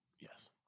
Yes